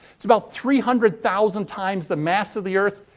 it's about three hundred thousand times the mass of the earth.